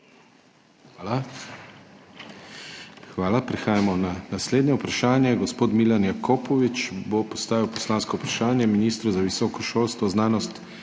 KRIVEC: Hvala. Prehajamo na naslednje vprašanje. Gospod Milan Jakopovič bo postavil poslansko vprašanje ministru za visoko šolstvo, znanost